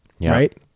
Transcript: right